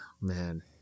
Man